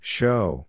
Show